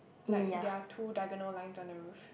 like there are two diagonal lines on the roof